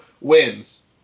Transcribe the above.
wins